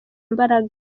imbaraga